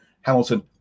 Hamilton